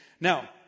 Now